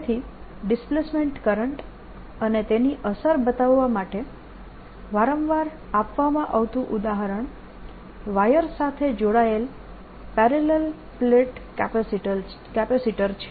તેથી displacement current અને તેની અસર બતાવવા માટે વારંવાર આપવામાં આવતું ઉદાહરણ વાયર સાથે જોડાયેલ પેરેલલ પ્લેટ કેપેસિટર છે